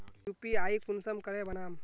UPI कुंसम करे बनाम?